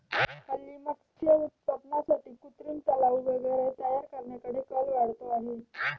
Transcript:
हल्ली मत्स्य उत्पादनासाठी कृत्रिम तलाव वगैरे तयार करण्याकडे कल वाढतो आहे